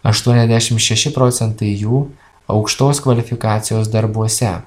aštuoniasdešim šeši procentai jų aukštos kvalifikacijos darbuose